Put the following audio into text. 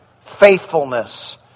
Faithfulness